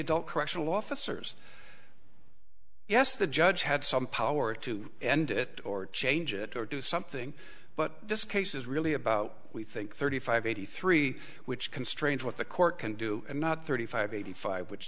adult correctional officers yes the judge had some power to end it or change it or do something but this case is really about we think thirty five eighty three which constrains what the court can do and not thirty five eighty five which